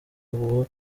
ubwo